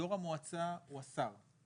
יו"ר המועצה הוא השר.